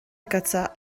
agatsa